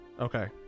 Okay